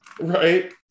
Right